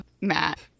Matt